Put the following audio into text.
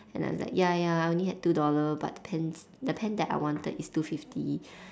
and I was like ya ya I only had two dollar but the pens the pen that I wanted is two fifty